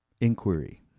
inquiry